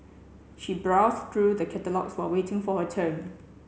she browsed through the catalogues while waiting for her turn